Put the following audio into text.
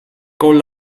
con